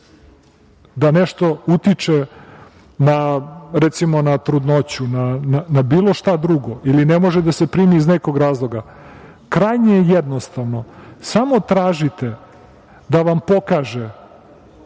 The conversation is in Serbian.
da nešto utiče na, recimo na trudnoću, na bilo šta drugo ili ne može da se primi iz nekog razloga, krajnje je jednostavno, samo tražite da vam pokaže